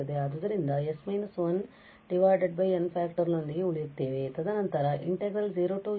ಆದ್ದರಿಂದ ಈ ಸಂಪೂರ್ಣ ಪದವು 0 ಗೆ ಹೋಗುತ್ತದೆ ಆದ್ದರಿಂದ ನಾವು s−1 n